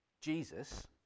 Jesus